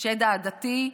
"השד העדתי",